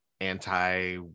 anti